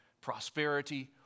prosperity